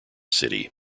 city